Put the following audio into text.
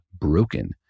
broken